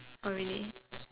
oh really